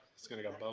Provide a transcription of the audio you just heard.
it's gonna go bounce